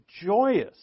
joyous